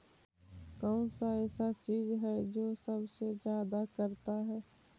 कौन सा ऐसा चीज है जो सबसे ज्यादा करता है?